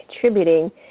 contributing